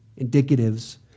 indicatives